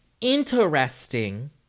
interesting